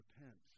repent